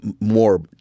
more